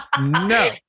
No